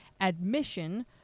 admission